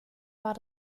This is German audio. war